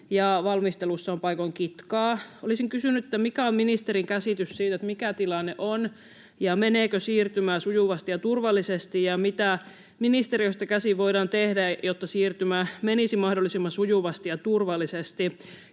ja valmistelussa on paikoin kitkaa. Olisin kysynyt: mikä on ministerin käsitys siitä, mikä tilanne on, ja meneekö siirtymä sujuvasti ja turvallisesti, ja mitä ministeriöstä käsin voidaan tehdä, jotta siirtymä menisi mahdollisimman sujuvasti ja turvallisesti?